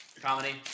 comedy